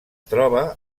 troba